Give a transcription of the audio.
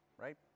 Right